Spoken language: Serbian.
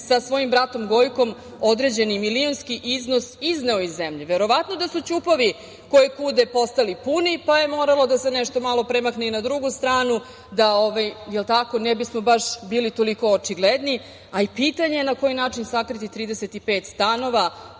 sa svojim bratom Gojkom određeni milionski iznos izneo iz zemlje. Verovatno da su ćupovi koje-kude postali puni, pa je moralo da se nešto malo premakne i na drugu stranu, da ne bismo bili baš toliko očigledni. Pitanje je i na koji način sakriti 35 stanova,